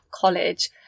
college